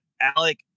Alec